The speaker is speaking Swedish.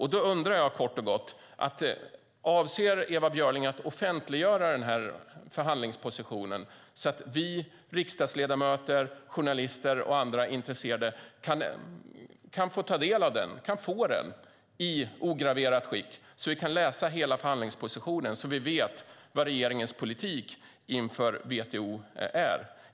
Jag undrar kort och gott: Avser Ewa Björling att offentliggöra förhandlingspositionen så att vi riksdagsledamöter, journalister och andra intresserade kan få ta del av den och få den i ograverat skick så att vi kan läsa hela förhandlingspositionen och vet vad regeringens position är inför WTO-mötet?